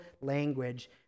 language